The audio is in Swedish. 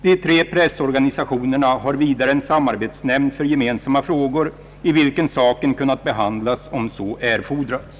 De tre pressorganisationerna har vidare en samarbetsnämnd för gemensamma frågor, i vilken saken kunnat behandlas, om så erfordrats.